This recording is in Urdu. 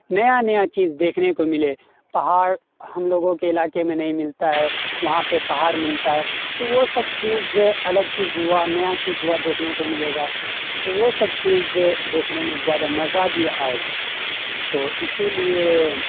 نیا نیا چیز دیکھنے کو ملے پہاڑ ہم لوگوں کے علاقے میں نہیں ملتا ہے وہاں پہ پہاڑ ملتا ہے تو وہ سب چیز الگ چیز ہوا نیا چیز ہوا دیکھنے کو ملے گا تو وہ سب چیز دیکھنے میں زیادہ مزہ بھی آئے گا تو اسی لیے